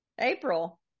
April